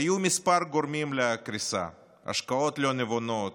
היו כמה גורמים לקריסה: השקעות לא נבונות,